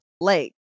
lake